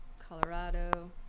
Colorado